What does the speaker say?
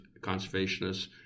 conservationists